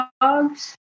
dogs